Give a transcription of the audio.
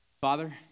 Father